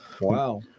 Wow